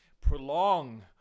prolong